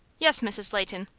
yes, mrs. leighton,